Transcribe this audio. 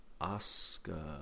Oscar